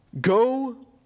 Go